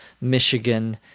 Michigan